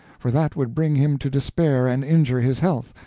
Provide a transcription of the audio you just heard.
for that could bring him to despair and injure his health,